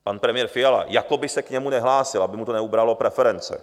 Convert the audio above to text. Pan premiér Fiala jakoby se k němu nehlásil, aby mu to neubralo preference.